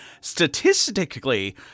Statistically